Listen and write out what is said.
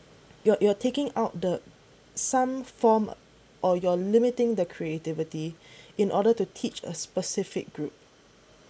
you're you're taking out the some form or you're limiting the creativity in order to teach a specific group